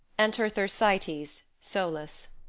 enter thersites, solus